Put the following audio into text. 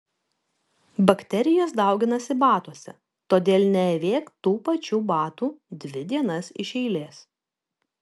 bakterijos dauginasi batuose todėl neavėk tų pačių batų dvi dienas iš eilės